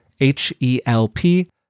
H-E-L-P